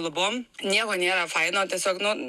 lubom nieko nėra faino tiesiog nu